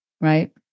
right